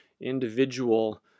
individual